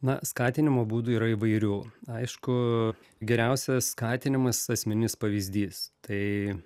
na skatinimo būdų yra įvairių aišku geriausias skatinimas asmeninis pavyzdys tai